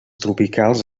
tropicals